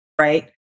right